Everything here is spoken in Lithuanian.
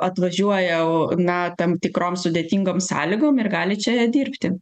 atvažiuoja o na tam tikrom sudėtingom sąlygom ir gali čia dirbti